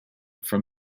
from